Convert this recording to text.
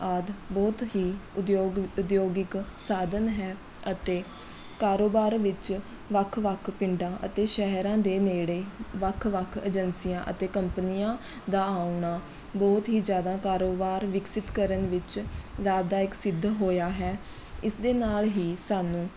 ਆਦਿ ਬਹੁਤ ਹੀ ਉਦਯੋਗ ਉਦਯੋਗਿਕ ਸਾਧਨ ਹੈ ਅਤੇ ਕਾਰੋਬਾਰ ਵਿੱਚ ਵੱਖ ਵੱਖ ਪਿੰਡਾਂ ਅਤੇ ਸ਼ਹਿਰਾਂ ਦੇ ਨੇੜੇ ਵੱਖ ਵੱਖ ਏਜੰਸੀਆਂ ਅਤੇ ਕੰਪਨੀਆਂ ਦਾ ਆਉਣਾ ਬਹੁਤ ਹੀ ਜ਼ਿਆਦਾ ਕਾਰੋਬਾਰ ਵਿਕਸਿਤ ਕਰਨ ਵਿੱਚ ਲਾਭਦਾਇਕ ਸਿੱਧ ਹੋਇਆ ਹੈ ਇਸ ਦੇ ਨਾਲ ਹੀ ਸਾਨੂੰ